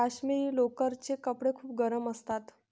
काश्मिरी लोकरचे कपडे खूप गरम असतात